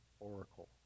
Oracle